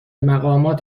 مقامات